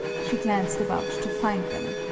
she glanced about to find them.